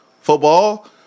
football